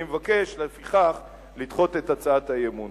אני מבקש, לפיכך, לדחות את הצעת האי-אמון.